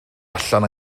allan